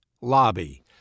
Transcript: lobby